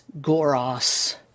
Goros